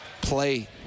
play